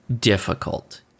difficult